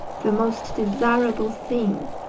the most desirable thing,